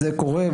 זה קורה,